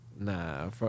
nah